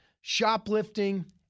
shoplifting